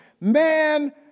Man